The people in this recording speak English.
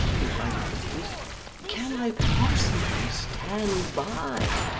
who quite agrees can i possibly stand by,